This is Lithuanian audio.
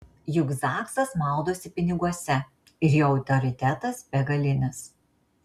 juk zaksas maudosi piniguose ir jo autoritetas begalinis